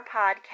podcast